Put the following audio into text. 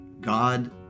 God